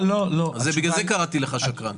בגלל זה קראתי לך שקרן,